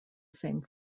same